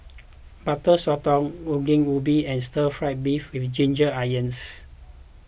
Butter Sotong Ongol Ubi and Stir Fried Beef with Ginger Onions